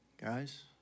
guys